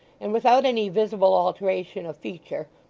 and without any visible alteration of feature,